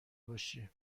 باشی